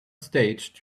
stage